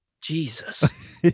jesus